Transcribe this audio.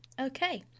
okay